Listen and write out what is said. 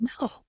No